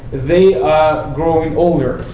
they are growing older.